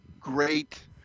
great